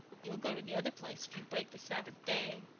you'll go to the other place if you break the sabbath day,